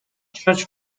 judge